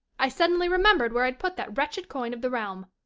i suddenly remembered where i had put that wretched coin of the realm.